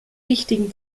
wichtigen